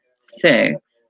six